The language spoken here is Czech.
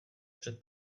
před